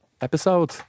episode